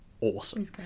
awesome